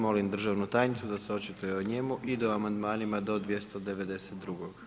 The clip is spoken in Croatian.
Molim državnu tajnicu da se očituje o njemu i do amandmanima do 292.